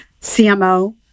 cmo